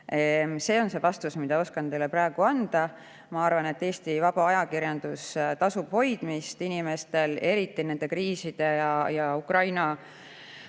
See on see vastus, mille oskan teile praegu anda. Ma arvan, et Eesti vaba ajakirjandust tasub inimestel hoida, eriti nende kriiside ja Ukrainas